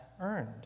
earned